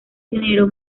dinero